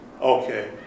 Okay